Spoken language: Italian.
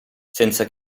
senza